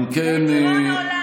תודה רבה